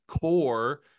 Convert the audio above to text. core